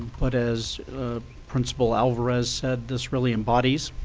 but as principal alvarez said, this really embodies